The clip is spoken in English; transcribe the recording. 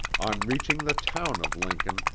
on reaching the town of lincoln,